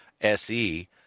SE